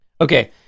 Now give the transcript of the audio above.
okay